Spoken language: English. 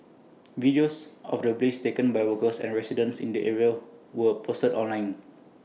videos of the blaze taken by workers and residents in the area were posted online